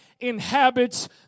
inhabits